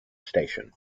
station